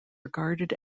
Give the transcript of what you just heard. regarded